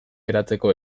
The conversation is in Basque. eratzeko